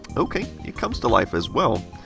ok, it comes to life as well.